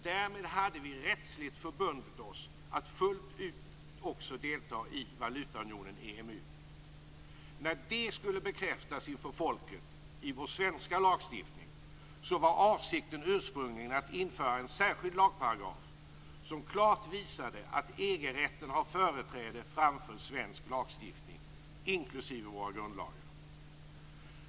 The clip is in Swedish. Därmed hade vi rättsligt förbundit oss att fullt ut också delta i valutaunionen EMU. När det skulle bekräftas inför folket i vår svenska lagstiftning var avsikten ursprungligen att införa en särskild lagparagraf som klart visade att EG-rätten har företräde framför svensk lagstiftning - inklusive våra grundlagar.